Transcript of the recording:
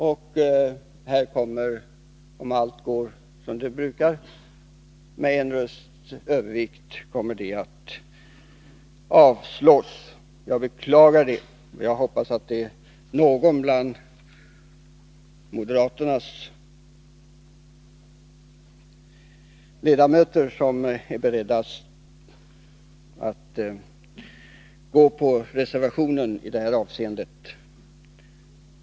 Och här kommer, om allt går som det brukar, förslaget att avslås med en rösts övervikt. Jag beklagar det, och jag hoppas att någon bland moderaternas ledamöter är beredd att biträda reservationen i det här avseendet.